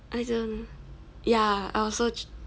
I don't know ya I also ch~